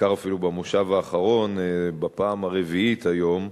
בעיקר אפילו, במושב האחרון בפעם הרביעית היום,